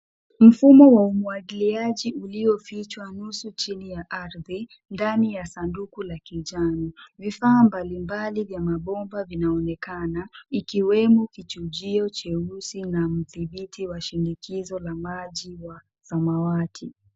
Mfumo wa umwagiliaji uliofichwa nusu chini ya ardhi ndani ya sanduku la kijani. Vifaa mbalimbali vya mabomba vinaonekana ikiwemo kichujio cheusi na mthibiti wa shinikizo la maji wa samawati.